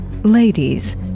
Ladies